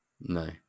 No